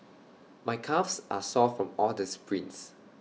my calves are sore from all the sprints